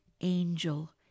angel